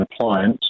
appliance